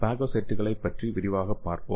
பாகோசைட்டுகளை பற்றி விரிவாகப் பார்ப்போம்